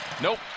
nope